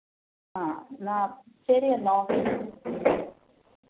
ആ എന്നാൽ ശരി എന്നാൽ